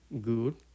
good